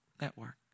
network